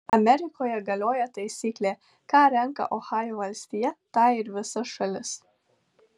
amerikoje galioja taisyklė ką renka ohajo valstija tą ir visa šalis